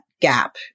gap